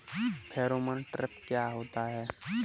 Pheromone trap क्या होता है?